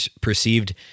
perceived